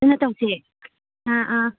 ꯄꯨꯟꯅ ꯇꯧꯁꯦ ꯑꯥ ꯑꯥ